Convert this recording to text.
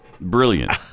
Brilliant